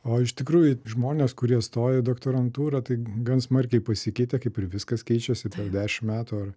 o iš tikrųjų žmonės kurie stoja į doktorantūrą tai gan smarkiai pasikeitė kaip ir viskas keičiasi per dešimt metų ar